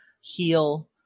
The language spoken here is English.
heal